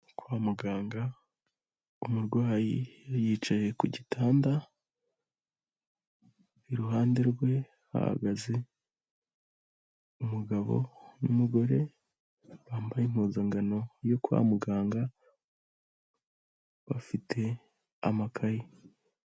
Kwa muganga umurwayi yicaye ku gitanda iruhande rwe hahagaze umugabo n'umugore bambaye impuzankano yo kwa muganga bafite amakaye.